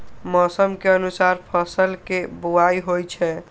मौसम के अनुसार फसल के बुआइ होइ छै